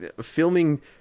filming